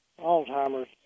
Alzheimer's